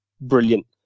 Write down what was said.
brilliant